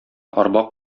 арба